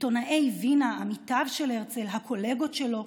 עיתונאי וינה, עמיתיו של הרצל, הקולגות שלו,